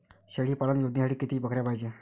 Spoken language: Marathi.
शेळी पालन योजनेसाठी किती बकऱ्या पायजे?